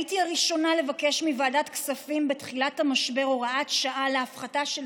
הייתי הראשונה לבקש מוועדת הכספים בתחילת המשבר הוראת שעה להפחתה של